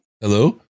Hello